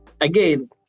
again